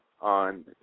On